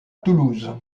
toulouse